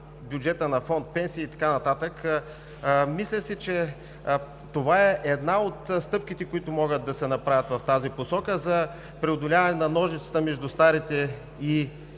бюджета на фонд „Пенсии“ и така нататък. Мисля си, че това е една от стъпките, които могат да се направят в тази посока за преодоляване на ножицата между старите и